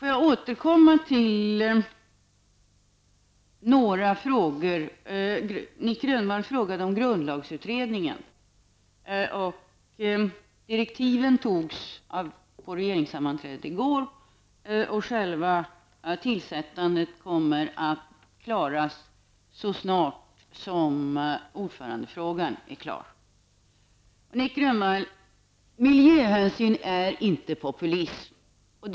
Regeringen fattade vid regeringssammanträdet i går beslut om direktiven, och själva tillsättandet kommer att genomföras så snart som ordförandefrågan är löst. Miljöhänsyn är inte populism, Nic Grönvall.